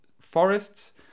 Forests